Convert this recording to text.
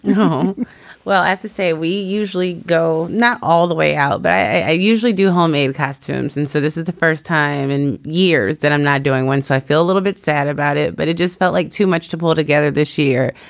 home well i have to say we usually go not all the way out but i usually do homemade costumes and so this is the first time in years that i'm not doing once i feel a little bit sad about it but it just felt like too much to pull together this year.